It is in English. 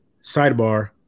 Sidebar